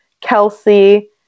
Kelsey